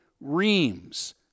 Reams